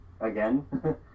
again